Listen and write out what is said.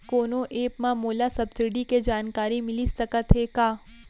कोनो एप मा मोला सब्सिडी के जानकारी मिलिस सकत हे का?